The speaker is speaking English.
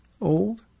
old